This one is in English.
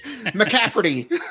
McCafferty